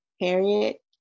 Harriet